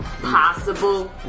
possible